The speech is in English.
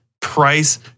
Price